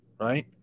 Right